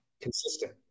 consistent